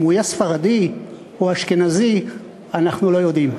אם הוא יהיה ספרדי או אשכנזי אנחנו לא יודעים,